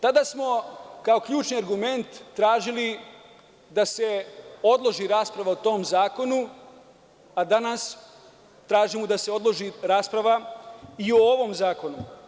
Tada smo kao ključni argument tražili da se odloži rasprava o tom zakonu, a danas tražimo da se odloži rasprava i o ovom zakonu.